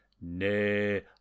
nay